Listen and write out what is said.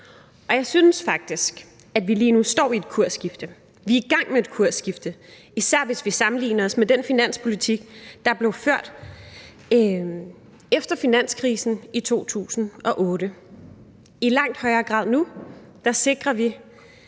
Og jeg synes faktisk, at vi lige nu står ved et kursskifte. Vi er i gang med et kursskifte, især hvis vi sammenligner med den finanspolitik, der blev ført efter finanskrisen i 2008. Vi sikrer nu i langt højere grad, at vi er